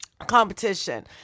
competition